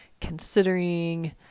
considering